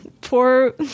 poor